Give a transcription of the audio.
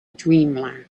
dreamland